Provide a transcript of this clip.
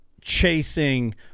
chasing